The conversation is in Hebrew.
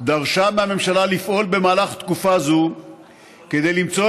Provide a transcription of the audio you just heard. דרשה מהממשלה לפעול במהלך תקופה זו כדי למצוא